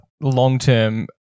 long-term